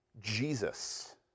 Jesus